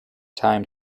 time